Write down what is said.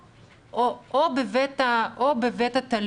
להוסיף: "או בבית התלמיד",